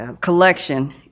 collection